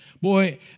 Boy